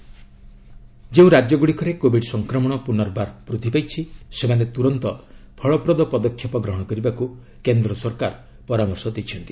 centre status ଯେଉଁ ରାଜ୍ୟଗୁଡ଼ିକରେ Covid ସଂକ୍ରମଣ ପୁନର୍ବାର ବୃଦ୍ଧି ପାଇଛି ସେମାନେ ତ୍ରରନ୍ତ ଫଳପ୍ଦ ପଦକ୍ଷେପ ଗ୍ହଣ କରିବାକୁ କେନ୍ଦ୍ ସରକାର ପରାମର୍ଶ ଦେଇଛନ୍ତି